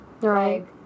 Right